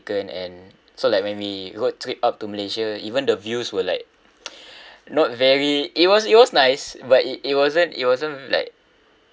and so like when we road trip up to malaysia even the views were like not very it was it was nice but it it wasn't it wasn't like